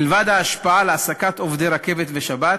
מלבד ההשפעה על העסקת עובדי רכבת בשבת,